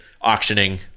auctioning